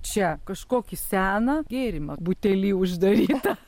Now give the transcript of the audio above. čia kažkokį seną gėrimą butely uždarytą